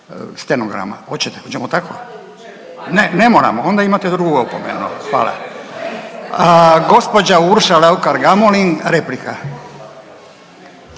stenograma. Hoćete, hoćemo tako. Ne, ne moramo. Onda imate drugu opomenu. Hvala. Gospođa Urša Raukar Gamulin replika.